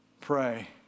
pray